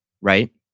right